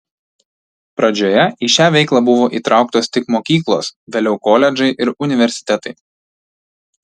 pradžioje į šią veiklą buvo įtrauktos tik mokyklos vėliau koledžai ir universitetai